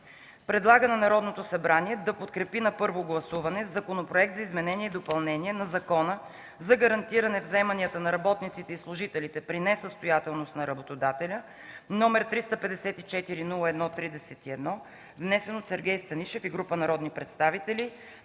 Предлага на Народното събрание да подкрепи на първо гласуване Законопроект за изменение и допълнение на Закона за гарантираните вземания на работниците и служителите при несъстоятелност на работодателя № 354-01-31, внесен от Сергей Станишев и група народни представители